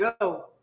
go